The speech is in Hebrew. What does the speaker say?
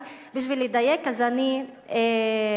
בשביל לדייק אני קוראת.